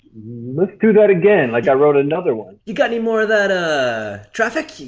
let's do that again. like i wrote another one. you got any more of that ah traffic?